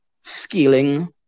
scaling